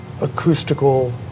acoustical